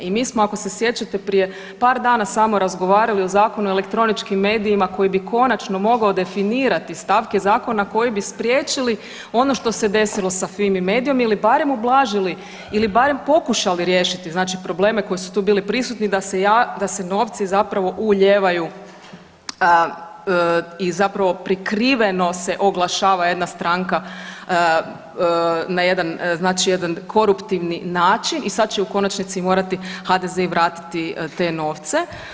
I mi smo, ako se sjećate, prije par dana samo razgovarali o Zakonu o elektroničkim medijima koji bi konačno mogao definirati stavke Zakona koji bi spriječili ono što se desilo sa Fimi-mediom ili barem ublažili ili barem pokušali riješiti znači probleme koji su tu bili prisutni da se novci zapravo ulijevaju i zapravo prikriveno se oglašava jedna stranka na jedan, znači jedan koruptivni način i sad će u konačnici morati HDZ i vratiti te novce.